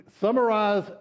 summarize